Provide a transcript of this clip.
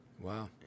Wow